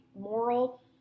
moral